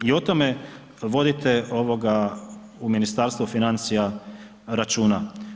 I o tome, vodite u Ministarstvo financija računa.